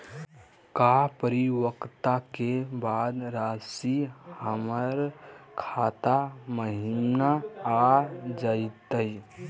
का परिपक्वता के बाद रासी हमर खाता महिना आ जइतई?